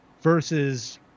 versus